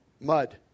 mud